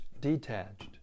detached